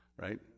right